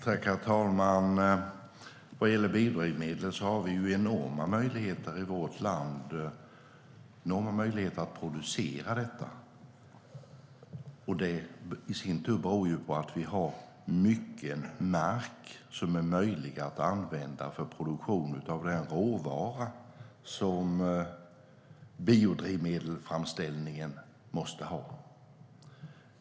Herr talman! Vad gäller biodrivmedel har vi enorma möjligheter i vårt land att producera detta. Det beror på att vi har mycket mark som är möjlig att använda för produktion av den råvara som biodrivmedelframställningen måste ha.